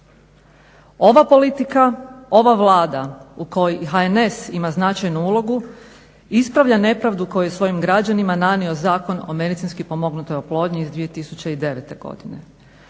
Ova politika, ova Vlada u kojoj HNS ima značajnu ulogu ispravlja nepravdu koju je svojim građanima nanio Zakon o medicinski pomognutoj oplodnji iz 2009.godine.